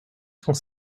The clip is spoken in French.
cent